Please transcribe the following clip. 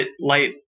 light